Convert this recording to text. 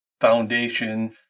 foundation